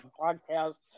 podcast